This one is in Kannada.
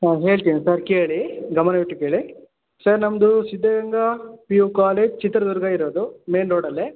ಹಾಂ ಹೇಳ್ತೀನಿ ಸರ್ ಕೇಳಿ ಗಮನವಿಟ್ಟು ಕೇಳಿ ಸರ್ ನಮ್ಮದು Siddaganga P U college Chitradurga ಇರೋದು ಮೇಯ್ನ್ ರೋಡಲ್ಲೇ